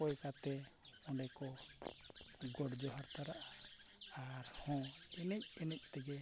ᱠᱚᱭ ᱠᱟᱛᱮ ᱚᱸᱰᱮ ᱠᱚ ᱜᱚᱰ ᱡᱚᱦᱟᱨ ᱛᱟᱨᱟᱜᱼᱟ ᱟᱨ ᱦᱚᱸ ᱮᱱᱮᱡ ᱮᱱᱮᱡ ᱛᱮᱜᱮ